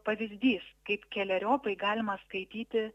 pavyzdys kaip keleriopai galima skaityti